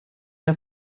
der